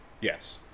Yes